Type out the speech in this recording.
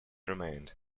remained